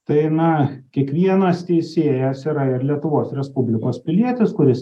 tai na kiekvienas teisėjas yra ir lietuvos respublikos pilietis kuris